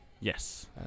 Yes